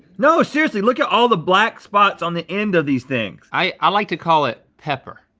no seriously, look at all the black spots on the end of these things. i like to call it pepper.